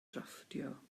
drafftio